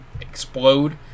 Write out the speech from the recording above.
explode